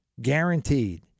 guaranteed